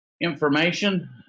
information